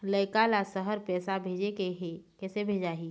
लइका ला शहर पैसा भेजें के हे, किसे भेजाही